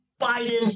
Biden